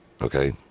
Okay